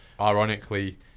ironically